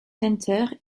center